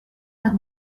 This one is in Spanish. las